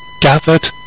gathered